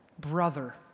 Brother